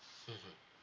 mmhmm